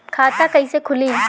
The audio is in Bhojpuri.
खाता कइसे खुली?